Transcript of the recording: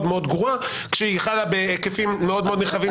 מאוד גרועה כשהיא חלק בהיקפים מאוד מאוד נרחבים